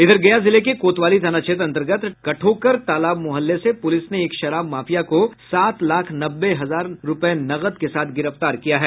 इधर गया जिले के कोतवाली थाना क्षेत्र अंतर्गत कठोकर तालाब मुहल्ले से पुलिस ने एक शराब माफिया को सात लाख नब्बे हजार रूपये नकद के साथ गिरफ्तार किया है